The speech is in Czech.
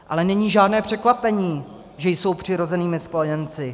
Ale není žádné překvapení, že jsou přirozenými spojenci.